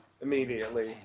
immediately